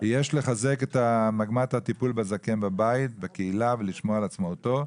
יש לחזק את מגמת הטיפול בזקן בבית ובקהילה תוך שמירה על עצמאותו,